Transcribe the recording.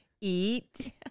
eat